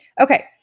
Okay